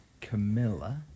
Camilla